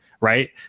right